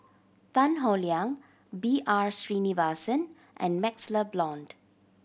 Tan Howe Liang B R Sreenivasan and MaxLe Blond